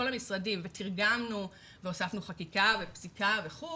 המשרדים ותרגמנו והוספנו חקיקה ופסיקה וכולי,